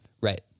Right